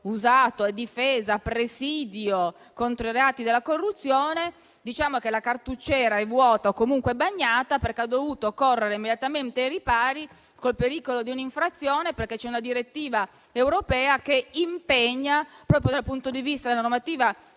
usato - a presidio contro i reati della corruzione, diciamo che la cartucciera è risultata vuota o comunque bagnata. E si è dovuti correre immediatamente ai ripari, col pericolo di un'infrazione, perché una direttiva europea impegna, proprio dal punto di vista della normativa